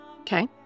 Okay